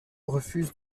refuse